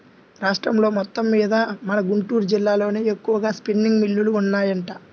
రాష్ట్రం మొత్తమ్మీద మన గుంటూరు జిల్లాలోనే ఎక్కువగా స్పిన్నింగ్ మిల్లులు ఉన్నాయంట